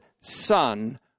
Son